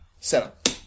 setup